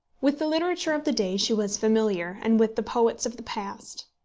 with the literature of the day she was familiar, and with the poets of the past.